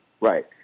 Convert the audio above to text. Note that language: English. Right